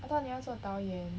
I thought 你要做导演